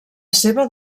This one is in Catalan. seva